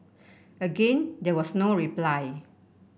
again there was no reply